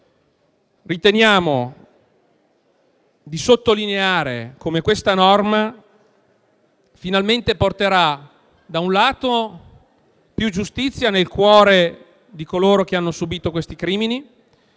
riteniamo di sottolineare come questa norma finalmente porterà, da un lato, più giustizia nel cuore di coloro che hanno subito crimini